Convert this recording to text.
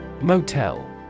motel